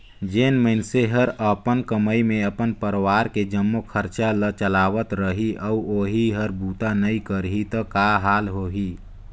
जेन मइनसे हर अपन कमई मे अपन परवार के जम्मो खरचा ल चलावत रही अउ ओही हर बूता नइ करही त का हाल होही